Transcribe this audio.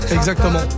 Exactement